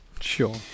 Sure